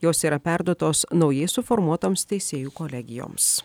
jos yra perduotos naujai suformuotoms teisėjų kolegijoms